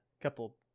couple